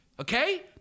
okay